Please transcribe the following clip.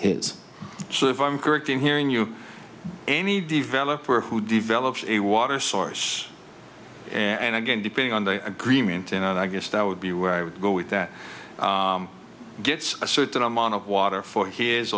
is so if i'm correct in hearing you any developer who develops a water source and again depending on the agreement and i guess that would be where i would go with that gets a certain amount of water for his